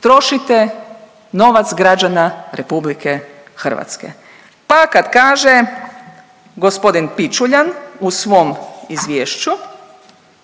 trošite novac građana Republike Hrvatske. Pa kad kaže gospodin Pičuljan u svom izvješću